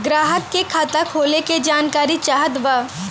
ग्राहक के खाता खोले के जानकारी चाहत बा?